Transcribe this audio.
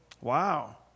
Wow